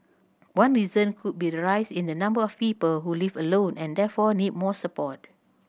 one reason could be the rise in the number of people who live alone and therefore need more support